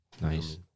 Nice